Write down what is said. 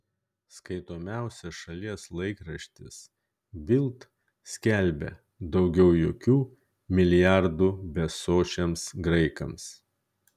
skaitomiausias šalies laikraštis bild skelbia daugiau jokių milijardų besočiams graikams